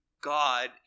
God